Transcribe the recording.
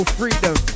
freedom